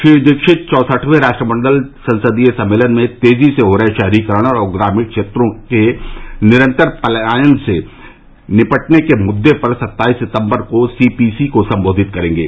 श्री दीक्षित चौंसठवें राष्ट्रमंडल संसदीय सम्मेलन में तेजी से हो रहे शहरीकरण और ग्रामीण क्षेत्रों के निरंतर पलायन से निपटने के मुद्दे पर सत्ताईस सितम्बर को सी पी सी को सम्बोधित करेंगे